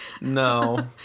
No